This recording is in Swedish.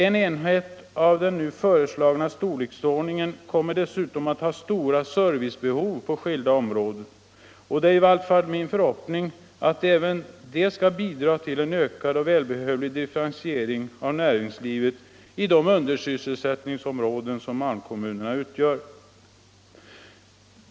En enhet av den nu föreslagna storleksordningen kommer dessutom att ha stora servicebehov på skilda områden, och det är i varje fall min förhoppning att även detta skall bidra till en ökad och välbehövlig differentiering av näringslivet i de undersysselsättningsområden som malmkommunerna utgör.